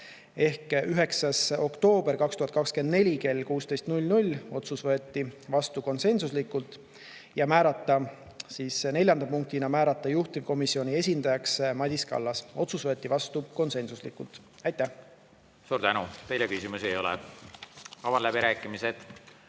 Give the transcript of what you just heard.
ehk 9. oktoober 2024 kell 16. Otsus võeti vastu konsensuslikult. Ja neljanda punktina määrata juhtivkomisjoni esindajaks Madis Kallas. Otsus võeti vastu konsensuslikult. Aitäh! Suur tänu! Teile küsimusi ei ole. Avan läbirääkimised.